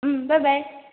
বা বাই